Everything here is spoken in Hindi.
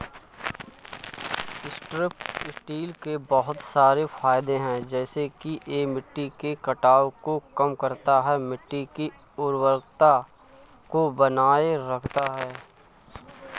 स्ट्रिप टील के बहुत सारे फायदे हैं जैसे कि यह मिट्टी के कटाव को कम करता है, मिट्टी की उर्वरता को बनाए रखता है